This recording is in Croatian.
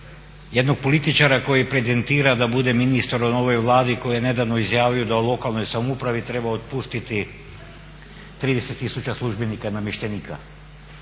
jednog političara koji pretendira da bude ministar u novoj Vladi i koji je nedavno izjavio da u lokalnoj samoupravi treba otpustiti 30 tisuća službenika i namještenika.